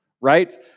right